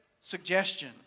Suggestion